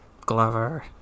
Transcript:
Glover